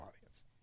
audience